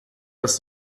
das